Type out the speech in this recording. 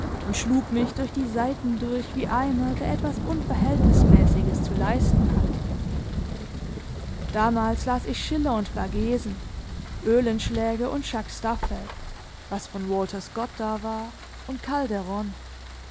und schlug mich durch die seiten durch wie einer der etwas unverhältnismäßiges zu leisten hat damals las ich schiller und baggesen öhlenschläger und schack staffeldt was von walter scott da war und